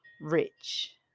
Rich